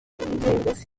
dirigendosi